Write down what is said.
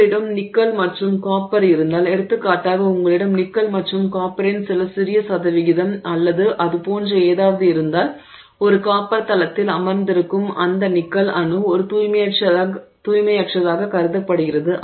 உங்களிடம் நிக்கல் மற்றும் காப்பர் இருந்தால் எடுத்துக்காட்டாக உங்களிடம் நிக்கல் மற்றும் காப்பரின் சில சிறிய சதவிகிதம் அல்லது அது போன்ற ஏதாவது இருந்தால் ஒரு காப்பர் தளத்தில் அமர்ந்திருக்கும் அந்த நிக்கல் அணு ஒரு தூய்மையற்றதாக கருதப்படுகிறது